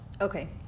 Okay